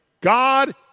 God